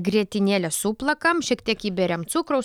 grietinėlę suplakam šiek tiek įberiam cukraus